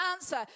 answer